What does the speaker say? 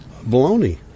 baloney